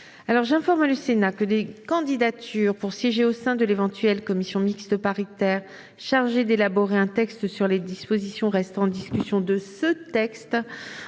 354). J'informe le Sénat que des candidatures pour siéger au sein de l'éventuelle commission mixte paritaire chargée d'élaborer un texte sur les dispositions restant en discussion de ce texte